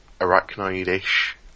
arachnoid-ish